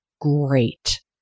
great